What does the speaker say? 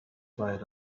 dried